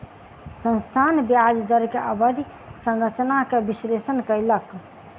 संस्थान ब्याज दर के अवधि संरचना के विश्लेषण कयलक